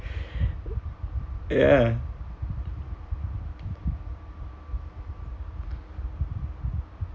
ya